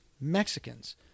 mexicans